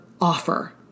offer